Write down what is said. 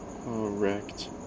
wrecked